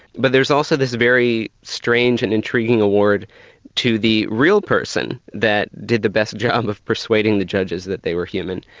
but there's also this very strange and intriguing award to the real person that did the best job of persuading the judges that they were human,